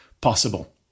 Possible